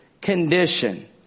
condition